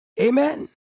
Amen